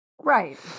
Right